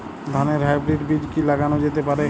ধানের হাইব্রীড বীজ কি লাগানো যেতে পারে?